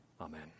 Amen